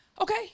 Okay